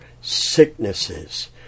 sicknesses